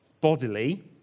bodily